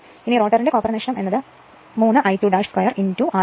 ഇനി റോട്ടറിന്റെ കോപ്പർ നഷ്ടം എന്ന് ഉള്ളത് 3 I2 2 r2